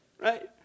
right